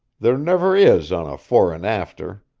there never is on a fore-and-after.